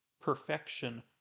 perfection